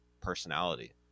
personality